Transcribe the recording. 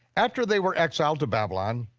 after they were exiled to babylon,